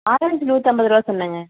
orange நூற்றம்பது ரூபாய் சொன்னேங்க